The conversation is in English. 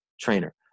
trainer